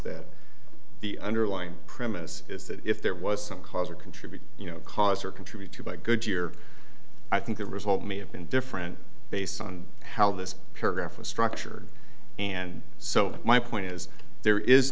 that the underlying premise is that if there was some cause or contributing cause or contributed by goodyear i think the result may have been different based on how this paragraph was structured and so my point is there is